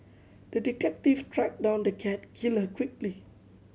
the detective tracked down the cat killer quickly